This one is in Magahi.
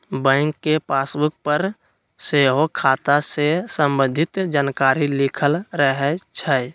बैंक के पासबुक पर सेहो खता से संबंधित जानकारी लिखल रहै छइ